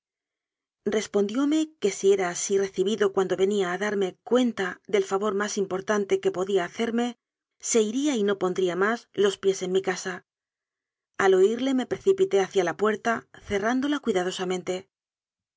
que si era así recibido cuando venía a darme cuenta del favor más importante que podía hacerme se iría y no pondría más los pies en mi casa al oirle me precipité hacia la puerta cerrándola cuidadosamente